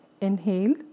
Inhale